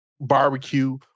barbecue